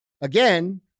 again